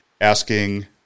asking